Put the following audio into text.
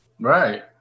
Right